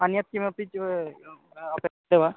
अन्यत् किमपि च अपेक्ष्यते वा